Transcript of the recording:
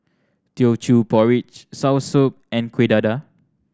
Teochew Porridge soursop and Kueh Dadar